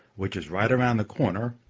which is right around the corner,